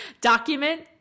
Document